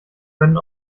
können